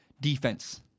defense